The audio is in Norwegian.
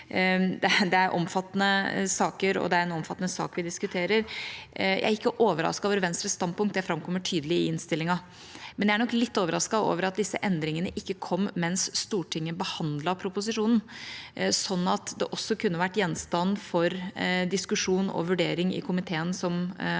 Det er omfattende saker, og det er en omfattende sak vi diskuterer. Jeg er ikke overrasket over Venstres standpunkt, det framkommer tydelig i innstillinga, men jeg er nok litt overrasket over at disse endringene ikke kom mens Stortinget behandlet proposisjonen, sånn at det også kunne være gjenstand for diskusjon og vurdering i komiteen som